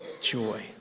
Joy